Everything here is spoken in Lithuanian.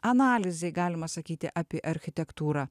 analizei galima sakyti apie architektūrą